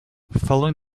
following